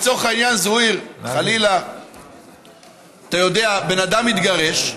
לצורך העניין, זוהיר, אתה יודע, הבן אדם מתגרש,